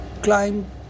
Climb